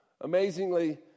Amazingly